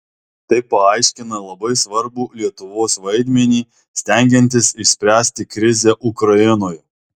tai paaiškina labai svarbų lietuvos vaidmenį stengiantis išspręsti krizę ukrainoje